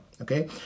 okay